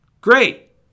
Great